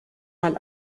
mal